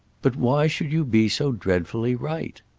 but why should you be so dreadfully right?